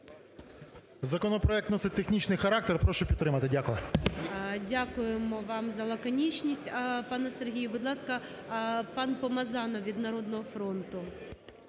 Законопроект носить технічний характер. Прошу підтримати. Дякую. ГОЛОВУЮЧИЙ. Дякуємо вам за лаконічність, пане Сергію. Будь ласка, пан Помазанов від "Народного фронту".